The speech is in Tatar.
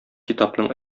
китапның